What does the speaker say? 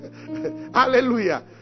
Hallelujah